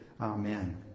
Amen